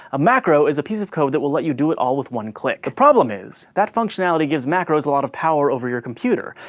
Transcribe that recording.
a macro is a piece of code that will let you do it all with one click. the problem is, that functionality gives macros a lot of power over your computer.